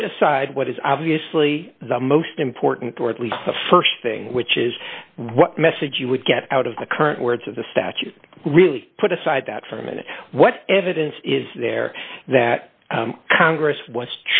put aside what is obviously the most important or at least the st thing which is what message you would get out of the current words of the statute really put aside that for a minute what evidence is there that congress was